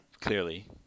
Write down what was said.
Clearly